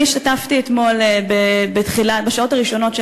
אני השתתפתי אתמול בשעות הראשונות של